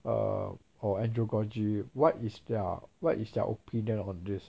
err or andragogy what is their what is their opinion on this